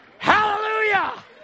Hallelujah